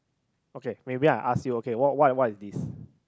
okay maybe I ask you okay what what what is this